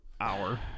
hour